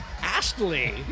Astley